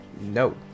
No